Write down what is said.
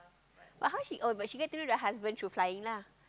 but how she oh but she get through the husband through flying lah